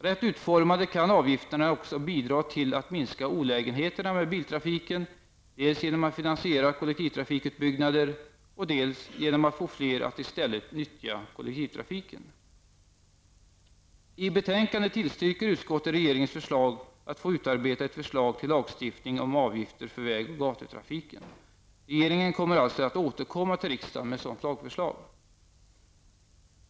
Rätt utformade kan avgifterna också bidra till att minska olägenheter med biltrafiken dels genom att finansiera kollektivtrafikutbyggnader, dels genom att få fler att i stället utnyttja kollektivtrafiken. I betänkandet tillstyrker utskottet regeringens förslag att utarbeta ett förslag till lagstiftning om avgifter för väg och gatutrafiken. Regeringen kommer alltså att återkomma till riksdagen med ett sådant lagförslag.